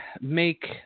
make